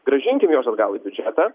grąžinkim juos atgal į biudžetą